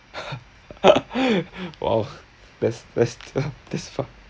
!wow! best best this far